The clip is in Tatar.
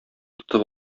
тотып